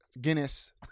Guinness